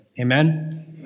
Amen